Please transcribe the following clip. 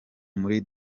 muri